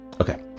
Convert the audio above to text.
okay